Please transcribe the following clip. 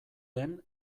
den